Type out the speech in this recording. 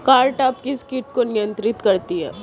Cartap किस किट को नियंत्रित करती है?